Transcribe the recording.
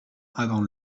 avant